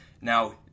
Now